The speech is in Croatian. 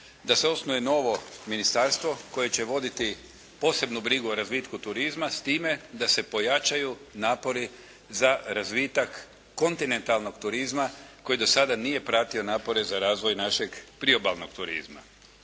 da se osnuje novo ministarstvo koje će voditi posebnu brigu o razvitku turizma s time da se pojačaju napori za razvitak kontinentalnog turizma koji do sada nije pratio napore za razvoj našeg priobalnog turizma.